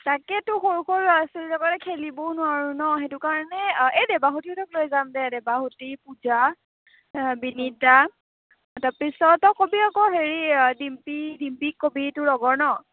তাকেইতো সৰু সৰু ল'ৰা ছোৱালী বিলাকৰে খেলিবও নোৱাৰোঁ ন' সেইটো কাৰণে এই দেবাহুতিহঁতক লৈ যাম দে দেবাহুতি পূজা বিনীতা তাৰপিছত তই কবি আকৌ হেৰি ডিম্পি ডিম্পিক ক'বি তোৰ লগৰ ন'